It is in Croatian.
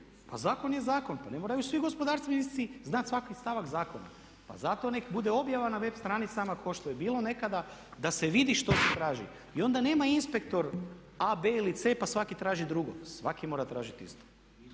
Pa zakon je zakon. Pa ne moraju svi gospodarstvenici znati svaki stavak zakona. Pa zato nek' bude objava na web stranicama kao što je bilo nekada da se vidi što se traži. I onda nema inspektor a, b ili c pa svaki traži drugo. Svaki mora tražiti isto.